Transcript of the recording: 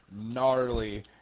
gnarly